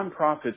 nonprofits